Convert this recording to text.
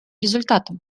результатом